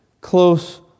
close